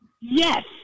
Yes